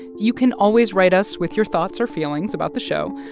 you can always write us with your thoughts or feelings about the show,